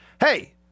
Hey